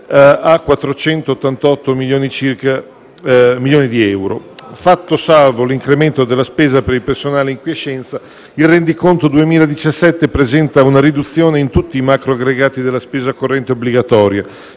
a 488 milioni di euro circa. Fatto salvo l'incremento della spesa per il personale in quiescenza, il rendiconto 2017 presenta una riduzione in tutti i macroaggregati della spesa corrente obbligatoria